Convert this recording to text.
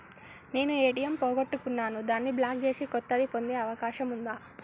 నేను ఏ.టి.ఎం పోగొట్టుకున్నాను దాన్ని బ్లాక్ చేసి కొత్తది పొందే అవకాశం ఉందా?